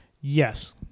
Yes